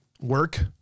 work